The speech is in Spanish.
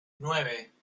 nueve